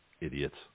Idiots